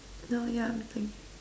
no yeah let me think